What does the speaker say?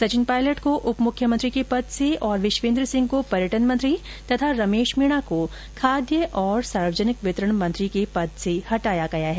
सचिन पॉयलट को उप मुख्यमंत्री के पद से तथा विश्वेन्द्र सिंह को पर्यटन मंत्री और रमेश मीणा को खाद्य और सार्वजनिक वितरण मंत्री के पद से हटाया गया है